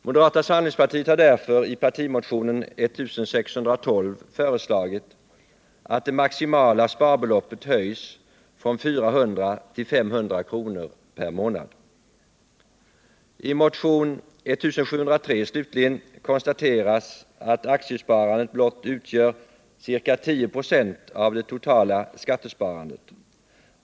Moderata samlingspartiet har därför i partimotionen 1612 föreslagit att det maximala sparbeloppet höjs från 400 till 500 kr. per månad. n I motionen 1703, slutligen, konstateras att aktiesparandet utgör blott 10 24 av det totala skattesparandet.